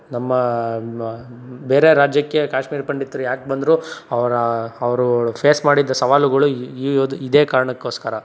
ನಮ್ಮ ನಮ್ಮ ಬೇರೆ ರಾಜ್ಯಕ್ಕೆ ಕಾಶ್ಮೀರಿ ಪಂಡಿತರು ಯಾಕೆ ಬಂದರು ಅವರ ಅವರು ಫೇಸ್ ಮಾಡಿದ್ದ ಸವಾಲುಗುಳು ಇದೆ ಕಾರಣಕ್ಕೋಸ್ಕರ